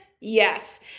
Yes